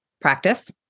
practice